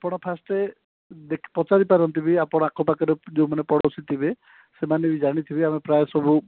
ଆପଣ ଫାଷ୍ଟ୍ ପଚାରି ପାରନ୍ତି ବି ଆପଣଙ୍କ ଆଖ ପାଖରେ ଯେଉଁମାନେ ପଡୋଶୀ ଥିବେ ସେମାନେ ବି ଜାଣିଥିବେ ଆମେ ପ୍ରାୟ ସବୁ